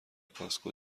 کاسکو